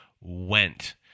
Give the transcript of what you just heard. went